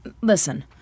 Listen